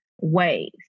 ways